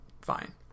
fine